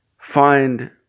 find